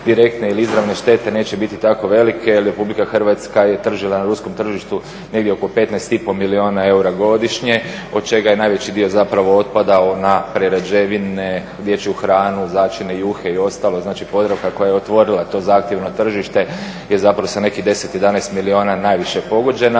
direktne ili izravne štete neće iti tako velike jer Republika Hrvatska je tržila na ruskom tržištu negdje oko 15,5 milijuna eura godišnje od čega je najveći dio zapravo otpadao na prerađevine, dječju hranu, začine i juhe i ostalo, znači Podravka koja je otvorila to zahtjevno tržište je zapravo sa nekih 10, 11 milijuna najviše pogođena